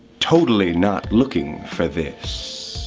totally not looking for this.